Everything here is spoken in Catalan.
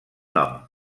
nom